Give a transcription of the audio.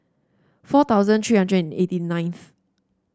four thousand three hundred and eighty ninth